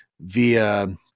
via